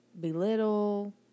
Belittle